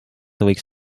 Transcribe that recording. võiks